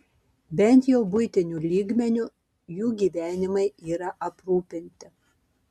bent jau buitiniu lygmeniu jų gyvenimai yra aprūpinti